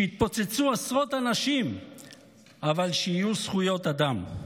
שיתפוצצו עשרות אנשים אבל שיהיו זכויות אדם.